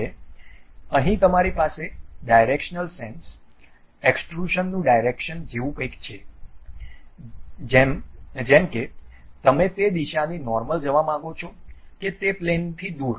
હવે અહીં તમારી પાસે ડાયરેક્શનલ સેન્સ એક્સ્ટ્રુશનનું ડાયરેક્શન જેવું કંઇક છે કે જેમ કે તમે તે દિશાની નોર્મલ જવા માગો છો કે તે પ્લેન થી દૂર